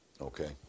Okay